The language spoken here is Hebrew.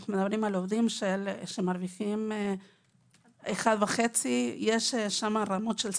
אנחנו מדברים על עובדים שמרוויחים פי 1.5. יש שם רמות של שכר,